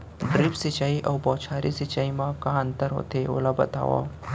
Drip सिंचाई अऊ बौछारी सिंचाई मा का अंतर होथे, ओला बतावव?